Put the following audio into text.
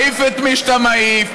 מעיף את מי שאתה מעיף,